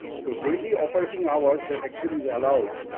so daily operating hours that actually is allowed,